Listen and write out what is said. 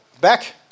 back